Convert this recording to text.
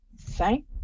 thank